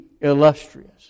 illustrious